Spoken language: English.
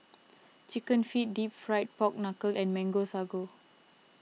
Chicken Feet Deep Fried Pork Knuckle and Mango Sago